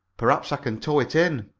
perhaps i can tow it in.